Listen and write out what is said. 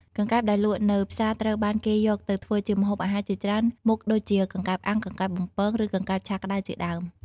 កង្កែបដែលលក់នៅផ្សារត្រូវបានគេយកទៅធ្វើជាម្ហូបអាហារជាច្រើនមុខដូចជា កង្កែបអាំង កង្កែបបំពង ឬកង្កែបឆាក្ដៅជាដើម។